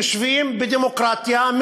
יושבים בדמוקרטיה,